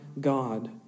God